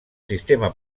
sistema